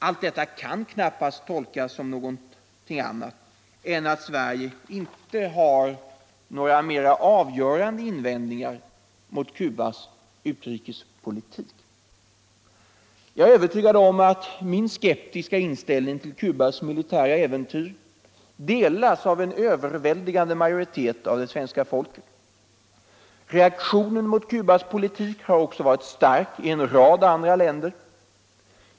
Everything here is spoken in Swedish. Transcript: Allt detta kan knappast tolkas som annat än att Sverige — 31 mars 1976 inte har några mer avgörande invändningar mot Cubas politik. Jag är övertygad om att min skeptiska inställning till Cubas militära — Utrikes-, handelsäventyr delas av en överväldigande majoritet av svenska folket. Reak och valutapolitisk tionen mot Cubas politik har också varit stark i andra länder.